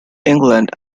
england